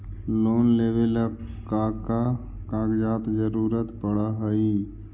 Loan लेवेला का का कागजात जरूरत पड़ हइ?